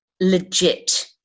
legit